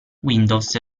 windows